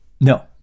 No